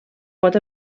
pot